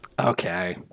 Okay